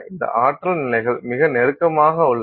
இந்த ஆற்றல் நிலைகள் மிக நெருக்கமாக உள்ளன